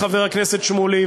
חבר הכנסת שמולי,